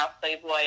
playboy